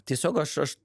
tiesiog aš aš